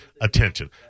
attention